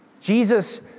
Jesus